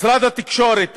משרד התקשורת,